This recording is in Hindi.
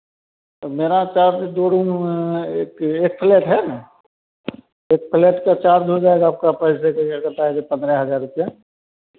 अब मेरा चार्ज जोड़ूँ एक एक फ्लैट है ना एक फ्लैट का चार्ज हो जाएगा आपका पैसे पंद्रह हज़ार रुपया